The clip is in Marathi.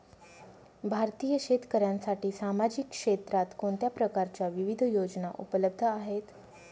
भारतीय शेतकऱ्यांसाठी सामाजिक क्षेत्रात कोणत्या प्रकारच्या विविध योजना उपलब्ध आहेत?